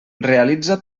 realitza